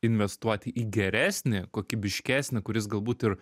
investuoti į geresnį kokybiškesnį kuris galbūt ir